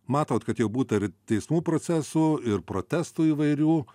matot kad jau būta ir teismų procesų ir protestų įvairių